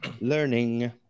learning